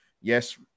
yes